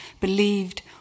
believed